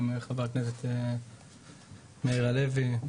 גם חבר הכנסת מאיר הלוי,